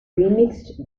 remixed